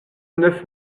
neuf